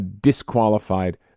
disqualified